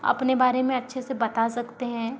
अपने बारे में अच्छे से बता सकते हैं